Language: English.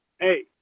Hey